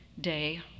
day